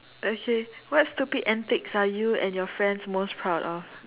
okay what stupid antics are you and your friend most proud of